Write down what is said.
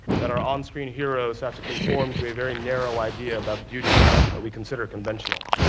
that our onscreen heroes have to conform to a very narrow idea about beauty that we consider conventional.